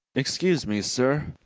excuse me, sir.